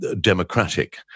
democratic